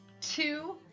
two